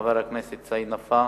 חבר הכנסת סעיד נפאע.